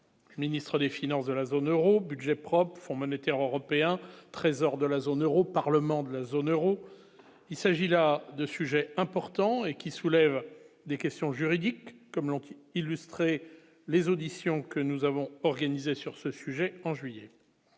pas ministre des Finances de la zone Euro budget propre fonds monétaire européen 13 de la zone Euro parlements de la zone Euro, il s'agit là de sujets importants et qui soulève des questions juridiques comme l'anti-illustrer les auditions que nous avons organisé sur ce sujet, en juillet,